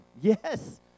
Yes